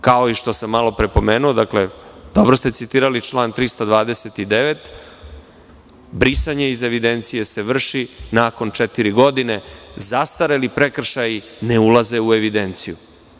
Kao što sam i malopre pomenuo, dakle, dobro ste citirali član 329, brisanje iz evidencije se vrši nakon četiri godine, a zastareli prekršaji ne ulaze u evidenciju.